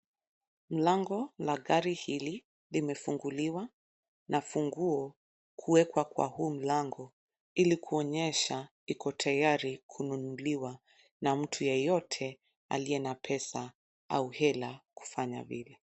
Mlango la gari hili limefunguliwa na funguo kuekwa kwa huu mlango ili kuonyesha iko tayari kununuliwa na mtu yeyote aliye na pesa au hela kufanya vile.